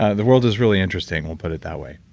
ah the world is really interesting, we'll put it that way